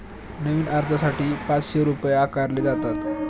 नवीन अर्जासाठी पाचशे रुपये आकारले जातात